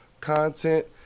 content